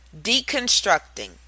Deconstructing